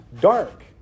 dark